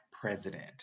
president